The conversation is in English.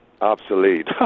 obsolete